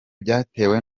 byatewe